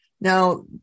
Now